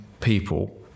people